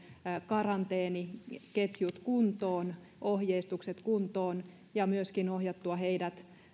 karanteeniketjut kuntoon ja ohjeistukset kuntoon ja myöskin ohjattua heidät karanteeniin